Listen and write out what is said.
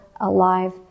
alive